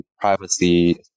privacy